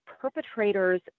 perpetrators